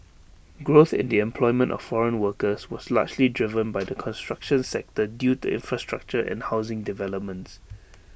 growth in the employment of foreign workers was largely driven by the construction sector due to infrastructure and housing developments